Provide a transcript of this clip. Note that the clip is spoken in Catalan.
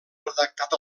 redactat